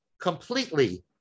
completely